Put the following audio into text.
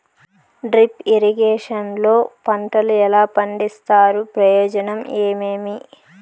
Drip irrigation లో పంటలు ఎలా పండిస్తారు ప్రయోజనం ఏమేమి?